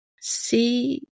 see